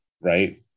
right